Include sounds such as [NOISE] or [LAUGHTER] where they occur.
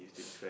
[NOISE]